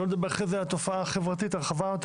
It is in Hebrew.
שלא נדבר אחרי זה על התופעה החברתית הרחבה יותר,